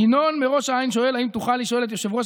ינון מראש העין שואל: האם תוכל לשאול את יושב-ראש